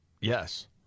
yes